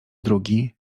drugi